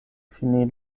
fini